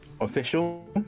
official